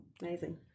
Amazing